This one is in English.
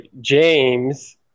James